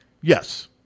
Yes